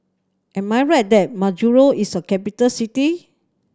am I right that Majuro is a capital city